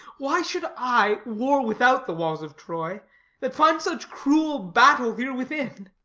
why should i war without the walls of troy that find such cruel battle here within?